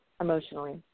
emotionally